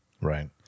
Right